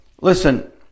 Listen